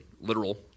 literal